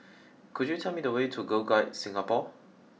could you tell me the way to Girl Guides Singapore